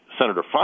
Senator